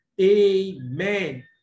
Amen